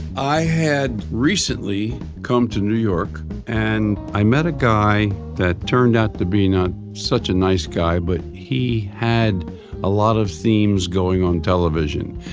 i had recently come to new york and i met a guy that turned out to be not such a nice guy but he had a lot of themes going on television.